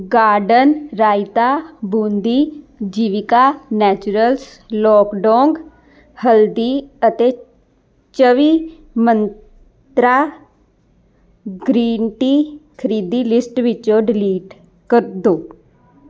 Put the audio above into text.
garden raita boondi Jeevika Naturals Lakadong ਹਲਦੀ ਅਤੇ ਚੌਵੀ ਮੰਤਰਾਂ ਗ੍ਰੀਨ ਟੀ ਖਰੀਦੀ ਲਿਸਟ ਵਿੱਚੋਂ ਡਿਲੀਟ ਕਰ ਦਿਓ